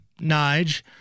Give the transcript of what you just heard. Nige